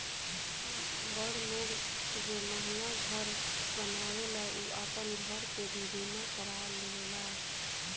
बड़ लोग जे महंगा घर बनावेला उ आपन घर के भी बीमा करवा लेवेला